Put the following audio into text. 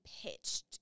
pitched